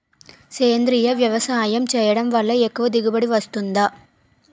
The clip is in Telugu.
సేంద్రీయ వ్యవసాయం చేయడం వల్ల ఎక్కువ దిగుబడి వస్తుందా?